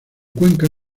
cuenca